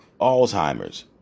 Alzheimer's